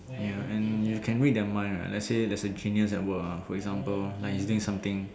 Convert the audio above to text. ya and you can read their mind right let's say there's a genius at work for example like using something